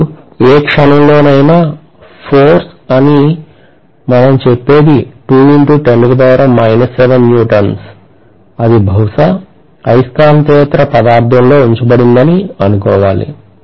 మరియు ఏ క్షణం లోనైనా ఫోర్స్ అని మేము చెప్పేది newtons అది బహుశా అయస్కాంతేతర పదార్థంలో ఉంచబడిందని అనుకోవాలి